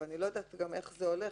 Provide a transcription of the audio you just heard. אני גם לא יודעת איך זה הולך,